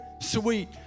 sweet